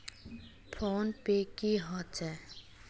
Phone पै की होचे?